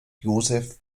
josef